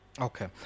okay